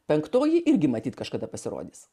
penktoji irgi matyt kažkada pasirodys